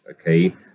okay